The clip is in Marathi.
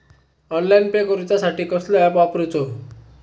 ऑनलाइन पे करूचा साठी कसलो ऍप वापरूचो?